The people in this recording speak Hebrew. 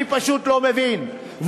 אני פשוט לא מבין.